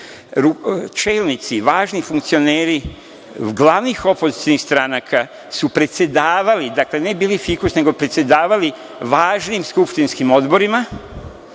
manjini. Čelnici, važni funkcioneri glavnih opozicionih stranaka su predsedavali, dakle, ne bili fikus, nego predsedavali važnim skupštinskim odborima,